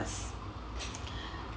s~